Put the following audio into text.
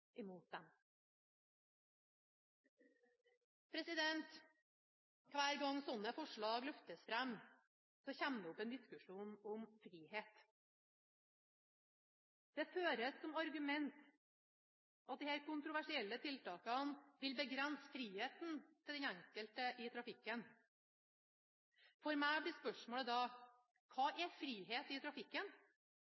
Hver gang slike forslag løftes fram, kommer det opp en diskusjon om frihet. Det føres som argument at disse kontroversielle tiltakene vil begrense friheten til den enkelte i trafikken. For meg blir spørsmålet da: Hva